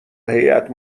هیات